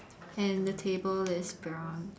and the table is brown